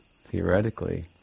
theoretically